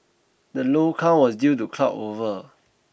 the low count was due to cloud over